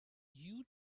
you